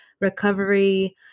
recovery